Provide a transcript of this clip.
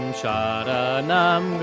sharanam